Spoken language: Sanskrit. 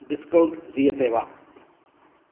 डिस्कौण्ट् दीयते वा